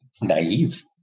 naive